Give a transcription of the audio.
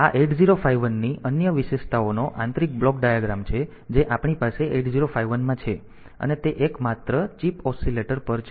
તેથી આ 8051 ની અન્ય વિશેષતાઓનો આંતરિક બ્લોક ડાયાગ્રામ છે જે આપણી પાસે 8051 માં છે અને તે એકમાત્ર ચિપ ઓસીલેટર પર છે